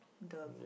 the